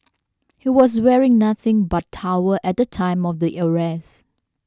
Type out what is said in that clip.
he was wearing nothing but towel at the time of the arrest